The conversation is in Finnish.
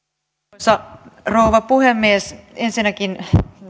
arvoisa rouva puhemies ensinnäkin